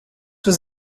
was